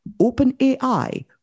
OpenAI